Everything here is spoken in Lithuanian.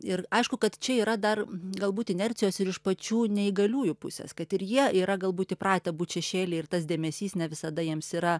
ir aišku kad čia yra dar galbūt inercijos ir iš pačių neįgaliųjų pusės kad ir jie yra galbūt įpratę būt šešėly ir tas dėmesys ne visada jiems yra